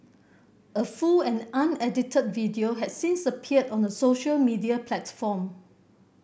a full and unedited video had since appeared on a social media platform